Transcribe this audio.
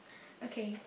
okay